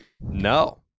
no